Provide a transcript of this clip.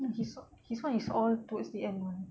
then he saw his [one] is all towards the end [one]